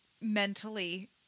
mentally